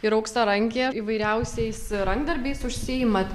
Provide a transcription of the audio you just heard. ir auksarankė įvairiausiais rankdarbiais užsiimat